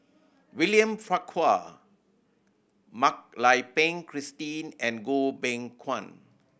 William Farquhar Mak Lai Peng Christine and Goh Beng Kwan